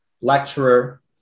lecturer